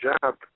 job